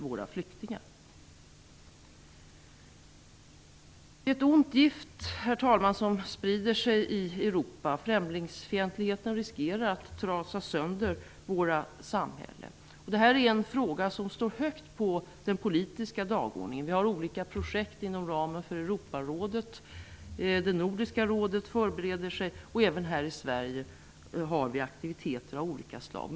Det finns ett ont gift som sprider sig i Europa. Främlingsfientligheten riskerar att trasa sönder våra samhällen. Detta är en fråga som står högt på den politiska dagordningen. Det finns olika projekt inom ramen för Europarådet. Även Nordiska rådet förbereder sig för detta, och vi här i Sverige har aktiviteter av olika slag.